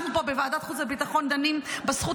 אנחנו פה בוועדת החוץ והביטחון דנים בזכות